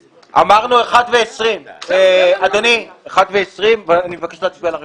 אמרנו 13:20. אני מבקש להצביע על הרביזיה.